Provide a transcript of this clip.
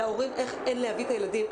להורים אין איך להביא את הילדים.